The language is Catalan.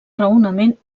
raonament